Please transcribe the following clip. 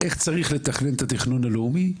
איך צריך לתכנן את התכנון הלאומי?